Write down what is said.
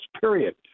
period